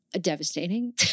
devastating